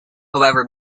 however